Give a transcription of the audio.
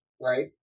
Right